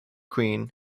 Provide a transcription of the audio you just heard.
queen